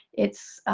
it's,